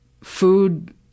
food